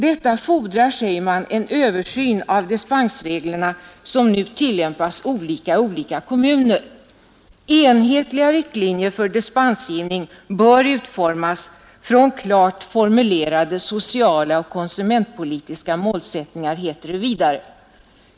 Detta fordrar, säger man, en översyn av dispensreglerna, som nu tillämpas olika i olika kommuner. Enhetliga riktlinjer för dispensgivning bör, säger man vidare, utformas från klart formulerade sociala och konsumentpolitiska målsättningar.